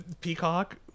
Peacock